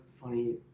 funny